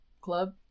Club